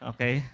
Okay